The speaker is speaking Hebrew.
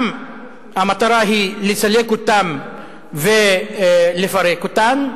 המטרה היא לסלק אותן ולפרק אותן,